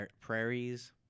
prairies